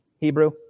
Hebrew